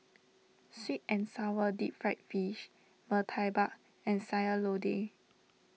Sweet and Sour Deep Fried Fish Murtabak and Sayur Lodeh